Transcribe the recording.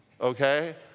Okay